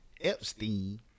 Epstein